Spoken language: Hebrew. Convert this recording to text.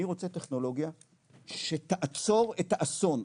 אני רוצה טכנולוגיה שתעצור את האסון,